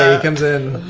comes in.